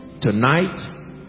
tonight